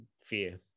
fear